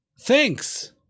Thanks